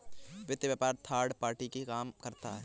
वित्त व्यापार third party की तरह काम करता है